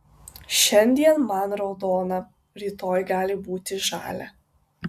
šiandien man raudona rytoj gali būti žalia